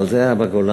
אבל זה היה בגולה,